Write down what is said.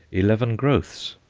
eleven growths,